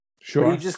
Sure